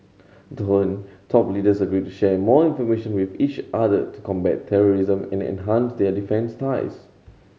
then top leaders agreed to share more information with each other to combat terrorism and enhance their defence ties